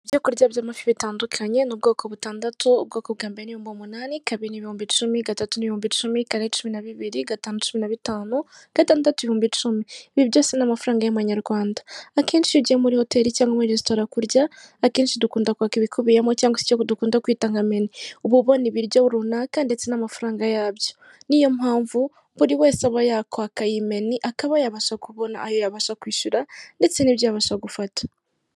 Ibyo kurya by'amafi bitandukanye ni ubwoko butandatu ubwoko bwa mbere n'ibihumbi umunani, kabiri n'ibihumbi icumi, gatatu n'ibihumbi icumi, kane cumi na bibiri gatanu cumi na bitanu, gatandatu ibihumbi icumi. Ibi byose n'amafaranga y'amanyarwanda akenshi ugiye muri hoteri cyangwa restorara kurya akenshi dukunda kwaka ibikubiyemo cyangwa se icyo dukunda kwita nka meni, uba ubona ibiryo runaka ndetse n'amafaranga yabyo, niyo mpamvu buri wese aba yakwaka iyi meni akaba yabasha kubona ayo yabasha kwishyura ndetse n'ibyo yabasha gufata.